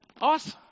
awesome